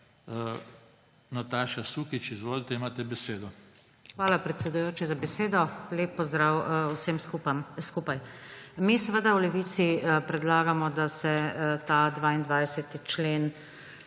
Hvala, predsedujoči, za besedo. Lep pozdrav vsem skupaj! Mi v Levici predlagamo, da se 22. člen